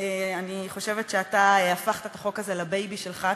אני חושבת שאתה הפכת את החוק הזה לבייבי שלך,